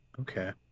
Okay